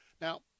Now